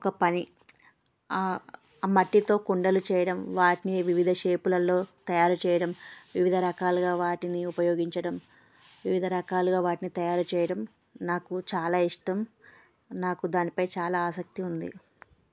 ఒక పని మట్టితో కుండలు చేయడం వాటిని వివిధ షేపులల్లో తయారు చేయడం వివిధ రకాలుగా వాటిని ఉపయోగించడం వివిధ రకాలుగా వాటిని తయారు చేయడం నాకు చాలా ఇష్టం నాకు దానిపై చాలా ఆసక్తి ఉంది